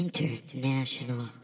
International